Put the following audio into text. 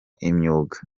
imyuga